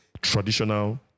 traditional